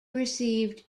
received